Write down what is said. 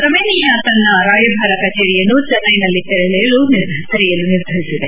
Romania ತನ್ನ ರಾಯಭಾರ ಕಚೇರಿಯನ್ನು ಚೆನ್ನೈನಲ್ಲಿ ತೆರೆಯಲು ನಿರ್ಧರಿಸಿದೆ